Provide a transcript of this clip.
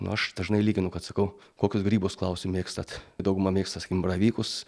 nu aš dažnai lyginu kad sakau kokius grybus klausiu mėgstat dauguma mėgsta sakykim baravykus